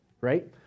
right